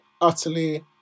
utterly